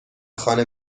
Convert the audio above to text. خانه